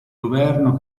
governo